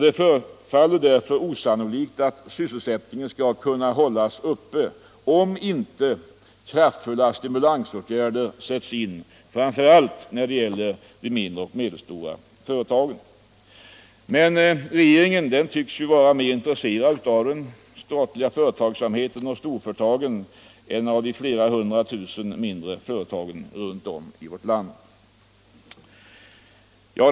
Det förefaller därför osannolikt att sysselsättningen skall kunna hållas uppe, om inte kraftfulla stimulansåtgärder sätts in framför allt för den mindre och medelstora företagsamheten. Regeringen tycks emellertid vara mera intresserad av den statliga företagsamheten och storföretagen än av de flera hundra tusen mindre företagen runt om i vårt land.